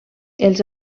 els